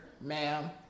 ma'am